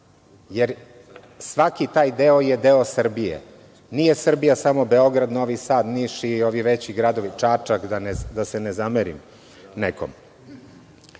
jer svaki taj deo je deo Srbije. Nije Srbija samo Beograd, Novi Sad, Niš i ovi veći gradovi, Čačak itd, da se ne zamerim nekom. Dakle,